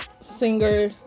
singer